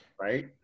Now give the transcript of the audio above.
Right